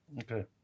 Okay